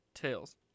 Tails